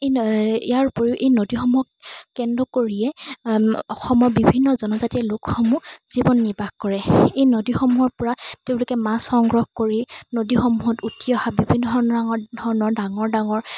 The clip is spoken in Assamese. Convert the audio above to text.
এই ইয়াৰ উপৰিও এই নদীসমূহক কেন্দ্ৰ কৰিয়েই অসমৰ বিভিন্ন জনজাতিৰ লোকসমূহ জীৱন নিৰ্বাহ কৰে এই নদীসমূহৰ পৰা তেওঁলোকে মাছ সংগ্ৰহ কৰি নদীসমূহত উটি অহা বিভিন্ন ধৰণৰ ডাঙৰ ডাঙৰ